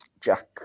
Jack